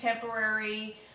temporary